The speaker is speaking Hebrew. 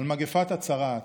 על מגפת הצרעת,